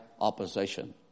opposition